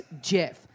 Jeff